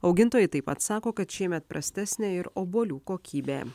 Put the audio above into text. augintojai taip pat sako kad šiemet prastesnė ir obuolių kokybė